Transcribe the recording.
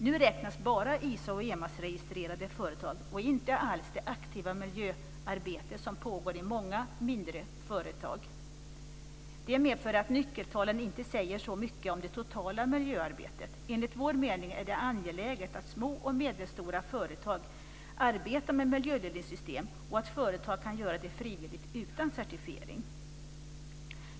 Nu räknas bara ISO och EMAS-registrerade företag och inte alls det aktiva miljöarbete som pågår i många mindre företag. Det medför att nyckeltalen inte säger så mycket om det totala miljöarbetet. Enligt vår mening är det angeläget att små och medelstora företag arbetar med miljöledningssystem och att företag kan göra det frivilligt utan certifiering.